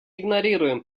игнорируем